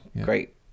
great